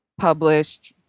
published